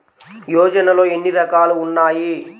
యోజనలో ఏన్ని రకాలు ఉన్నాయి?